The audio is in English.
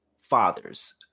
fathers